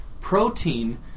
Protein